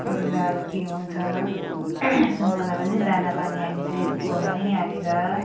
कोही बेला के हुन्छ सुँगुरलाई पनि दानापानी हामी चाहिँ खोरमै हालेर